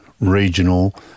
regional